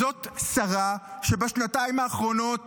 זאת שרה שבשנתיים האחרונות